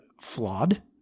flawed